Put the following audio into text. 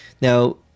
Now